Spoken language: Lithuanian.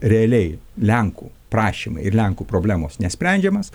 realiai lenkų prašymai ir lenkų problemos nesprendžiamas